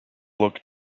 look